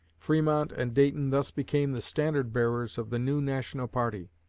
fremont and dayton thus became the standard-bearers of the new national party.